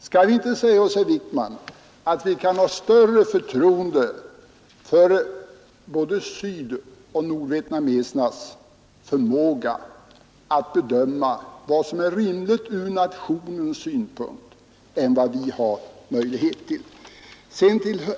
Skall vi inte säga, herr Wijkman, att vi kan ha större förtroende för både sydoch nordvietnamesernas förmåga att bedöma vad som är rimligt ur nationens synpunkt än för den bedömning andra har möjlighet till?